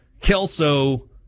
Kelso